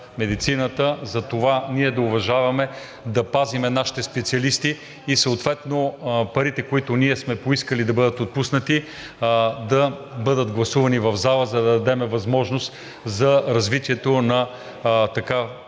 за това ние да уважаваме, да пазим нашите специалисти и съответно парите, които ние сме поискали да бъдат отпуснати, да бъдат гласувани в залата, за да дадем възможност за развитието на така